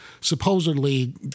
supposedly